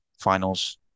finals